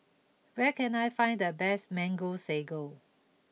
where can I find the best Mango Sago